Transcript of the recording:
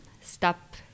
stop